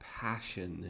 passion